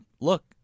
look